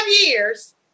years